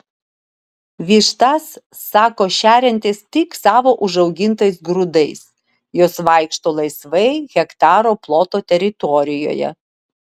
vištas sako šeriantis tik savo užaugintais grūdais jos vaikšto laisvai hektaro ploto teritorijoje